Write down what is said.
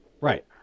Right